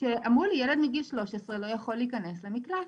שאמרו לי "..ילד מגיל 13 לא יכול להיכנס למקלט.